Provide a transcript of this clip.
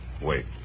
wait